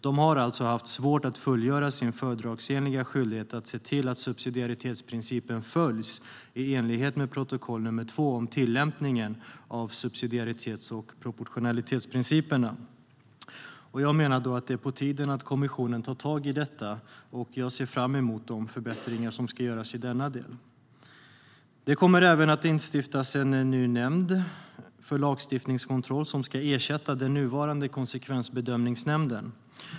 De har alltså haft svårt att fullgöra sin fördragsenliga skyldighet att se till att subsidiaritetsprincipen följs i enlighet med protokoll nr 2 om tillämpningen av subsidiaritets och proportionalitetsprinciperna. Jag menar att det är på tiden att kommissionen tar tag i detta, och jag ser fram emot de förbättringar som ska göras i denna del. Det kommer även att instiftas en ny nämnd för lagstiftningskontroll som ska ersätta den nuvarande konsekvensbedömningsnämnden.